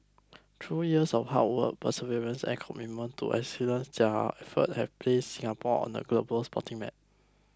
through years of hard work perseverance and commitment to excellence their efforts have placed Singapore on the global sporting map